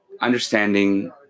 understanding